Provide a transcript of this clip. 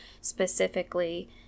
specifically